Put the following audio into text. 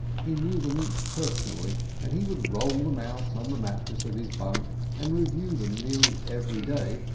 he knew them each personally, and he would roll them out on the mattress of his bunk and review them nearly every day,